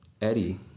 Eddie